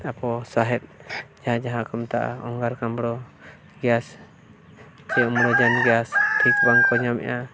ᱮᱨᱯᱚᱨ ᱥᱟᱸᱦᱮᱫ ᱡᱟᱦᱟᱸᱭ ᱡᱟᱦᱟᱸ ᱠᱚ ᱢᱮᱛᱟᱜᱼᱟ ᱜᱮᱥ ᱜᱮᱥ ᱴᱷᱤᱠ ᱵᱟᱝ ᱠᱚ ᱧᱟᱢᱮᱜᱼᱟ